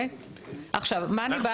אם אנחנו רוצים